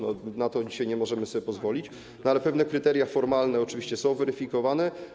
Na to dzisiaj nie możemy sobie pozwolić, ale pewne kryteria formalne oczywiście są weryfikowane.